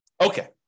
Okay